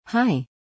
Hi